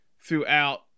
throughout